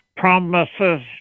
promises